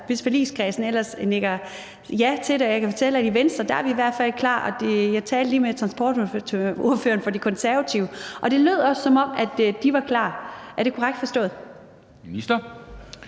hvis forligskredsen ellers nikker ja til det, og jeg kan fortælle, at vi i Venstre i hvert fald er klar. Og jeg talte lige med transportordføreren fra De Konservative, og det lød også, som om de var klar. Er det korrekt forstået? Kl.